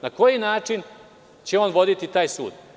Na koji način će on voditi taj sud?